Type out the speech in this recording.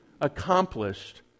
accomplished